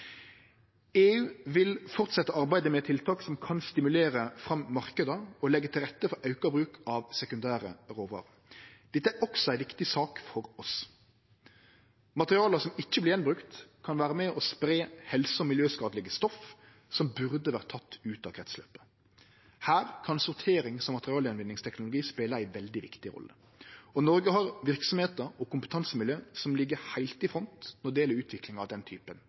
EU vil fortsetje arbeidet med tiltak som kan stimulere fram marknader og leggje til rette for auka bruk av sekundære råvarer. Dette er også ei viktig sak for oss. Materiala som ikkje vert gjenbrukte, kan vere med og spreie helse- og miljøskadelege stoff som burde vore tekne ut av krinsløpet. Her kan sorterings- og materialgjenvinningsteknologi spele ei veldig viktig rolle. Noreg har verksemder og kompetansemiljø som ligg heilt i front når det gjeld utvikling av den typen